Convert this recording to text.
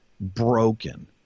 broken